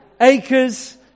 acres